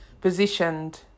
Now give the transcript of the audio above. positioned